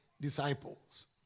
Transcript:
disciples